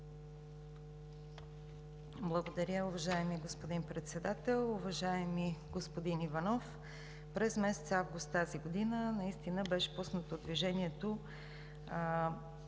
Благодаря, уважаеми господин Председател. Уважаеми господин Иванов, през месец август тази година наистина беше пуснато движението